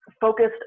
focused